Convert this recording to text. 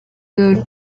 the